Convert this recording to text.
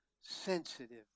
sensitive